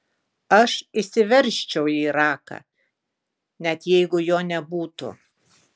aš įsiveržčiau į iraką net jeigu jo nebūtų